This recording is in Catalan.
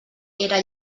eren